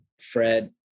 Fred